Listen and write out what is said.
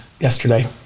yesterday